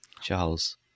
Charles